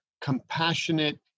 compassionate